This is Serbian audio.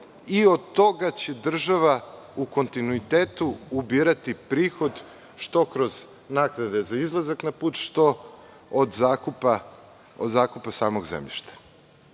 i od toga će država u kontinuitetu ubirati prihod, što kroz naknade za izlazak na put, što od zakupa samog zemljišta. Lično